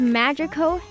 magical